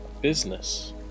business